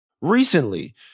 recently